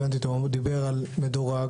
הוא דיבר על מדורג.